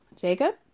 Jacob